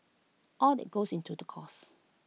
all that goes into the cost